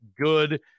good